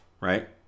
Right